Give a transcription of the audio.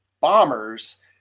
bombers